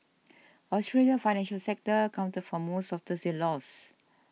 Australia's financial sector accounted for most of Thursday's loss